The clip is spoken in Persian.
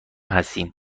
هستیم